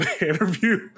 interview